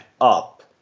up